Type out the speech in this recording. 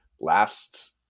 last